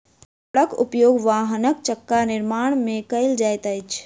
रबड़क उपयोग वाहनक चक्का निर्माण में कयल जाइत अछि